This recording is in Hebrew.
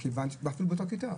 הילדים באותה כיתה.